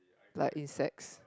like insects